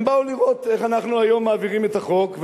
הם באו לראות איך אנחנו היום מעבירים את החוק,